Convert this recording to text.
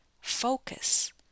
focus